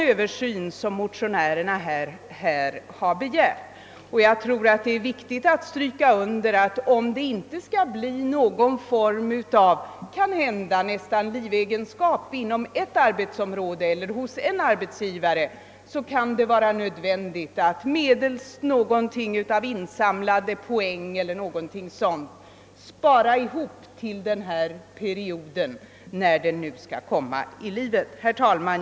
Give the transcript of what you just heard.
Det är viktigt att understryka att om det inte skall bli nära nog någon form av livegenskap inom ett arbetsområde eller hos en arbetsgivare, kan det vara nödvändigt att genom t.ex. insamlande av poäng eller något liknande spara ihop till den här perioden, när den nu skall komma. Herr talman!